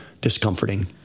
Discomforting